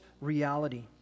reality